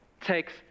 takes